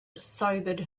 sobered